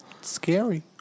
scary